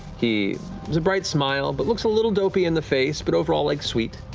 he has a bright smile, but looks a little dopey in the face, but overall like sweet.